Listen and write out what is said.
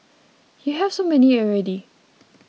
you have so many already